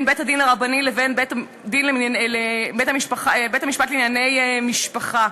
בית-הדין הרבני לבין בית-המשפט לענייני משפחה.